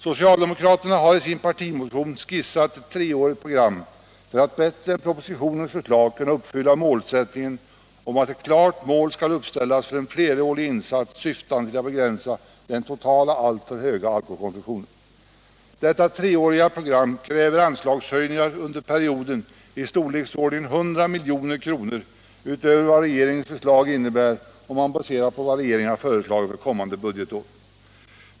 Socialdemokraterna har i sin partimotion skissat ett treårigt program för att bättre än propositionens förslag kunna uppfylla målsättningen att ett klart mål skall uppställas för en flerårig insats syftande till att begränsa den totala, alltför höga alkoholkonsumtionen. Detta treåriga program kräver anslagshöjningar under perioden i storleksordningen 100 milj.kr. utöver vad regeringens förslag innebär om man baserar detta på vad som föreslagits för kommande budgetår.